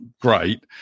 great